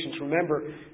Remember